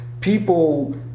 people